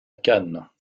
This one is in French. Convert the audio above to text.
cannes